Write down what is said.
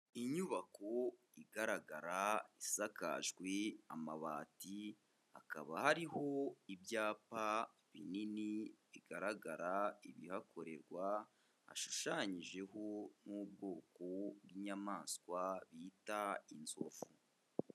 Inyubako igaragara isakajwe amabati, hakaba hariho ibyapa binini bigaragara ibihakorerwa, hashushanyijeho n'ubwoko bw'inyamaswa bita inzovu.